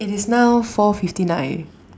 it is now four fifty nine